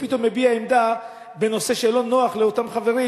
כשהוא פתאום מביע עמדה בנושא שלא נוח לאותם חברים,